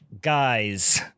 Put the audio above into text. Guys